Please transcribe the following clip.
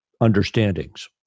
understandings